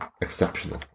exceptional